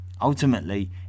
Ultimately